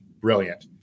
brilliant